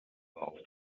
auf